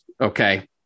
okay